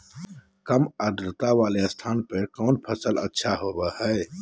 काम आद्रता वाले स्थान पर कौन फसल अच्छा होबो हाई?